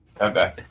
Okay